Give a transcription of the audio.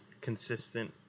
consistent